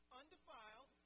undefiled